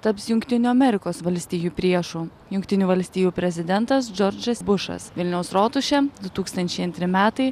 taps jungtinių amerikos valstijų priešu jungtinių valstijų prezidentas džordžas bušas vilniaus rotušė du tūkstančiai antri metai